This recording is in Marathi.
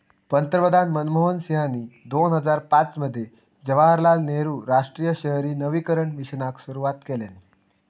पंतप्रधान मनमोहन सिंहानी दोन हजार पाच मध्ये जवाहरलाल नेहरु राष्ट्रीय शहरी नवीकरण मिशनाक सुरवात केल्यानी